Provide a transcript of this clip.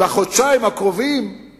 בחודשיים הקרובים אז